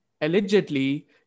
allegedly